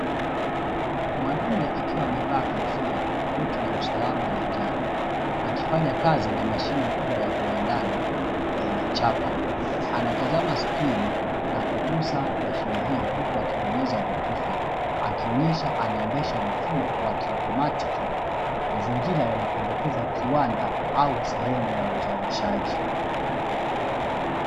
Mwanaume akiwa amevaa kofia na koti la usalama la njano, akifanya kazi na mashine kubwa ya viwandani yenye chapa, anatazama skrini na kugusa mashine hiyo, huku akibonyeza vitufe, akionyesha anaendesha mfumo wa kiautomatiki. Mazingira yanapendekeza kiwanda au sehemu ya uzalishaji.